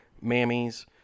Mammies